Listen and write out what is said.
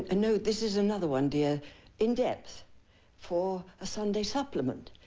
and no this is another one dear in depth for a sunday supplement.